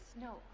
No